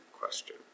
question